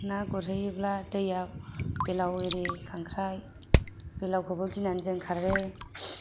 ना गुरहैयोब्ला दैयाव बेलाव होरि खांख्राइ बेलावखौबो जों गिनानै खारो